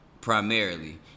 primarily